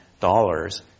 dollars